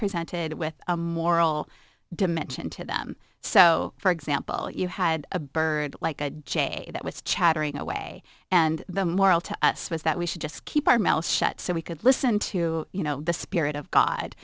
presented with a moral dimension to them so for example you had a bird like a jay that was chattering away and the moral to us was that we should just keep our mouths shut so we could listen to you know the spirit of